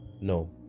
No